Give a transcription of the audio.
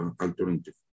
alternative